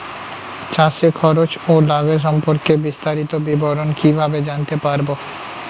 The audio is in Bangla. চাষে খরচ ও লাভের সম্পর্কে বিস্তারিত বিবরণ কিভাবে জানতে পারব?